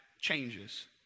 changes